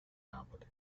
napoli